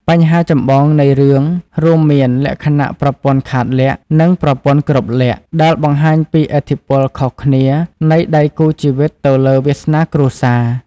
បញ្ហាចម្បងនៃរឿងរួមមានលក្ខណៈប្រពន្ធខាតលក្ខណ៍ និងប្រពន្ធគ្រប់លក្ខណ៍ ដែលបង្ហាញពីឥទ្ធិពលខុសគ្នានៃដៃគូជីវិតទៅលើវាសនាគ្រួសារ។